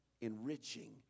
enriching